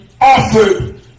offered